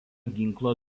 ginklo